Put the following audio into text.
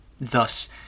Thus